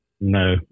No